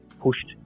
pushed